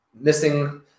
missing